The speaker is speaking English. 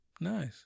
Nice